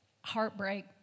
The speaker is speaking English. heartbreak